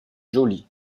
jolie